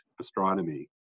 astronomy